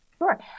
Sure